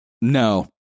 no